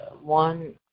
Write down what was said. one